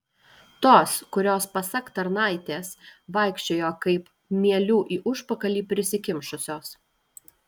tos kurios pasak tarnaitės vaikščiojo kaip mielių į užpakalį prisikimšusios